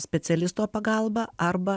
specialisto pagalba arba